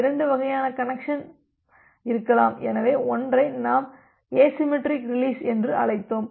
இரண்டு வகையான கனெக்சன் இருக்கலாம் எனவே ஒன்றை நாம் எசிமெட்ரிக் ரீலிஸ் என்று அழைத்தோம்